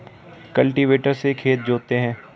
cultivator से खेत जोतते हैं